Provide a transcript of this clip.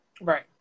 Right